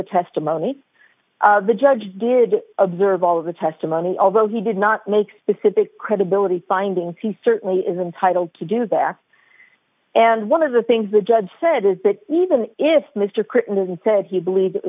the testimony the judge did observe all of the testimony although he did not make specific credibility findings he certainly is entitled to do that and one of the things the judge said is that even if mr crittendon said he believed it